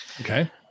Okay